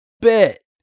bit